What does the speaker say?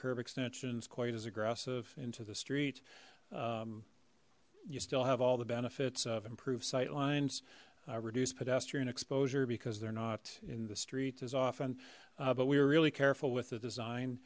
curb extensions quite as aggressive into the street you still have all the benefits of improved sight lines reduce pedestrian exposure because they're not in the streets as often but we were really careful with the design